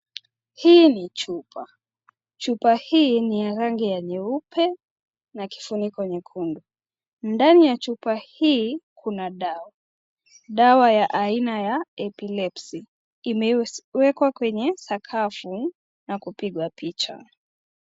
Hii ni chupa. Chupa hii ni ya rangi ya nyeupe, na kifuniko nyekundu. Ndani ya chupa hii, kuna dawa. Dawa ya aina ya EPILEPSY.Imewekwa kwenye sakafu, na kupigwa picha.